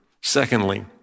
Secondly